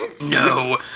No